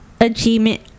achievement